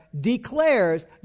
declares